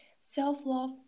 self-love